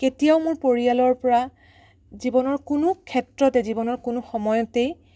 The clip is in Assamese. কেতিয়াও মোৰ পৰিয়ালৰপৰা জীৱনৰ কোনো ক্ষেত্ৰতে জীৱনৰ কোনো সময়তেই